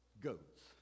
goats